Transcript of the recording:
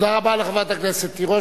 תודה לחברת הכנסת תירוש.